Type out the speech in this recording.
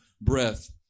breath